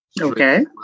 Okay